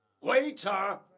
Waiter